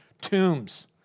tombs